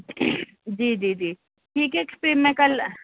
جی جی جی ٹھیک ہے پھر میں کل